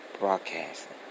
Broadcasting